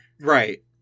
Right